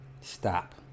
Stop